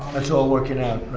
that's all working out,